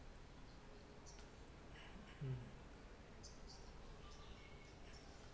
hmm